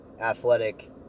athletic